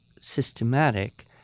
systematic